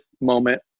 moment